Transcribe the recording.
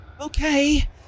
Okay